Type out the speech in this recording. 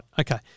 Okay